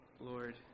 Lord